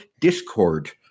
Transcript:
Discord